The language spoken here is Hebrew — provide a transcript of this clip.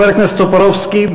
חבר הכנסת טופורובסקי,